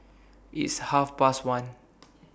its Half Past one